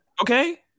Okay